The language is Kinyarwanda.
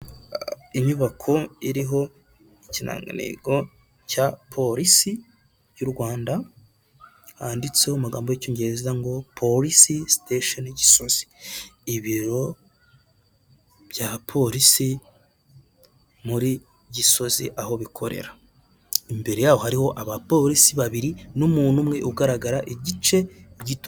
Inyubako iriho ikirangantego cya polisi y' u Rwanda handitseho amagambo y'icyongereza ngo polisi siteshoni Gisozi, ibiro bya polisi muri gisozi aho bikorera, imbere yaho hariho abapolisi babiri n'umuntu umwe ugaragara igice gito.